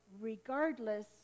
regardless